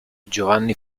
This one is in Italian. giovanni